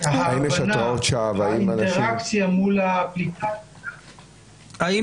ההבנה והאינטראקציה מול --- האם